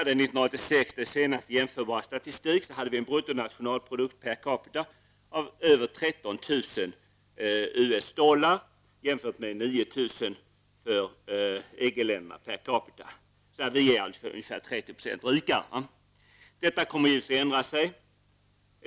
1986 hade vi en bruttonationalprodukt per capita över 13 000 US EG-länderna. Vi är alltså 30 % rikare. Detta kommer givetvis att ändra sig.